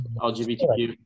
LGBTQ